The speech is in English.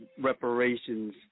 Reparations